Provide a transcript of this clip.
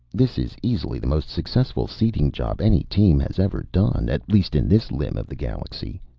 this is easily the most successful seeding job any team has ever done, at least in this limb of the galaxy.